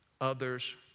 others